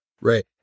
Right